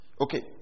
Okay